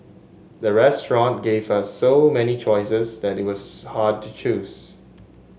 the restaurant gave us so many choices that it was hard to choose